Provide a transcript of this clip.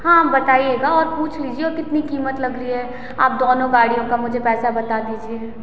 हाँ बताइएगा और पूछ लीजिए वो कितनी कीमत लग रही है आप दोनो गाड़ियों का मुझे पैसा बता दीजिए